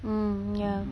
mm ya